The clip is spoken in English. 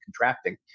contracting